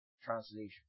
translation